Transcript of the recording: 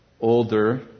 older